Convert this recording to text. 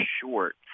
short